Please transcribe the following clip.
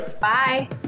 bye